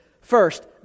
First